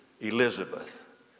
Elizabeth